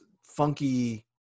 funky